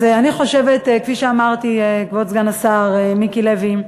אז אני חושבת, כפי שאמרתי, כבוד סגן השר מיקי לוי,